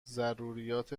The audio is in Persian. ضروریات